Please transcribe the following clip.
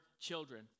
children